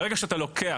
ברגע שאתה לוקח,